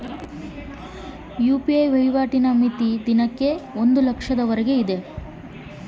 UPI ವಹಿವಾಟಿನ ಮಿತಿ ಎಷ್ಟು ಎಂಬುದು ಗೊತ್ತಿಲ್ಲ? ತಿಳಿಸಿ?